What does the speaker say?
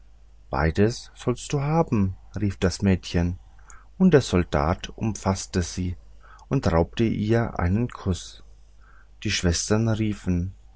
beides sollst du haben rief das mädchen und der soldat umfaßte sie und raubte ihr einen kuß die schwestern riefen